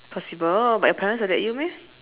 possible but your parents will let you meh